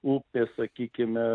upės sakykime